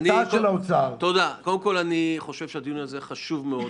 חושב שהדיון הזה חשוב מאוד,